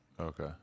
Okay